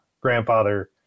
grandfather